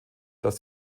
dass